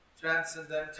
transcendental